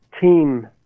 team